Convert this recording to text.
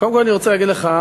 קודם כול, אני רוצה להגיד לך,